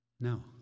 No